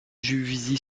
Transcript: juvisy